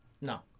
No